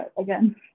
Again